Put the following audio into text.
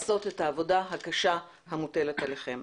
תוכלו לתפקד ולעשות את העבודה הקשה המוטלת עליכם.